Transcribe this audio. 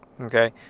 Okay